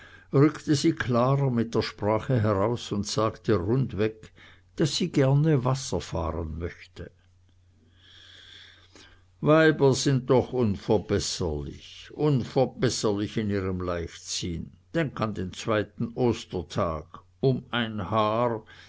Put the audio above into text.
rückte sie klarer mit der sprache heraus und sagte rundweg daß sie gern wasser fahren möchte weiber sind doch unverbesserlich unverbesserlich in ihrem leichtsinn denk an den zweiten ostertag um ein haar